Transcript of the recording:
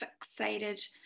fixated